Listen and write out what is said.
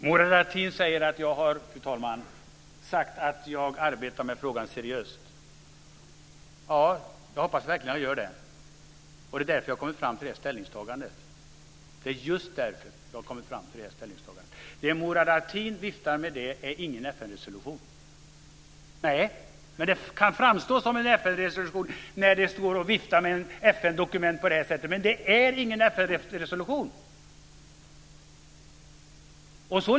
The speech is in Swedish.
Fru talman! Murad Artin säger att jag har sagt att jag arbetar med frågan seriöst. Jag hoppas verkligen att jag gör det. Det är just därför jag kommit fram till det här ställningstagandet. Det som Murad Artin viftar med är ingen FN resolution. Det kan framstå som en sådan när man står och viftar med ett FN-dokument på det här sättet, men det är ingen FN-resolution!